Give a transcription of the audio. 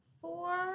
four